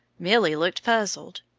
milly looked puzzled.